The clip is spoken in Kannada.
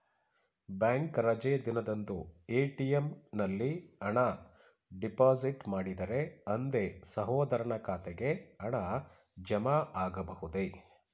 ಬ್ಯಾಂಕ್ ರಜೆ ದಿನದಂದು ಎ.ಟಿ.ಎಂ ನಲ್ಲಿ ಹಣ ಡಿಪಾಸಿಟ್ ಮಾಡಿದರೆ ಅಂದೇ ಸಹೋದರನ ಖಾತೆಗೆ ಹಣ ಜಮಾ ಆಗಬಹುದೇ?